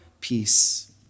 peace